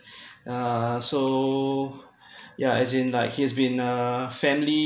yeah so yeah as in like he's been uh family